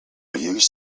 use